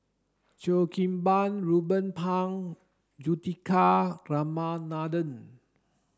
Cheo Kim Ban Ruben Pang Juthika Ramanathan